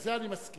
לזה אני מסכים.